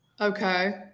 Okay